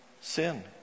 sin